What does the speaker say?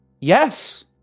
Yes